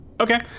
Okay